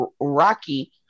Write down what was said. Rocky